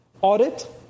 Audit